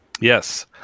Yes